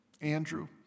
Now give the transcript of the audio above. Andrew